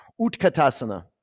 Utkatasana